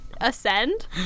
ascend